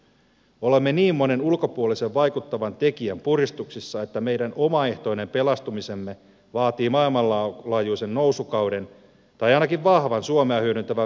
olemme niin monen ulkopuolisen vaikuttavan tekijän puristuksissa että meidän omaehtoinen pelastumisemme vaatii maailmanlaajuisen nousukauden tai ainakin vahvan suomea hyödyntävän vientibuumin nousemisen